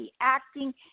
acting